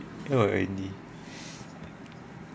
oh already